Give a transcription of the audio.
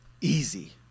easy